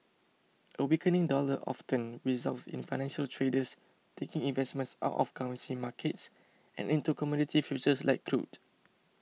a weakening dollar often results in financial traders taking investments out of currency markets and into commodity futures like crude